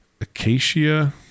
Acacia